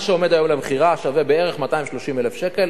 מה שעומד היום למכירה שווה בערך 230,000 שקל,